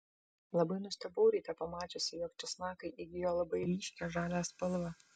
labai nustebau ryte pamačiusi jog česnakai įgijo labai ryškią žalią spalvą